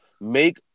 make